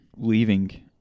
leaving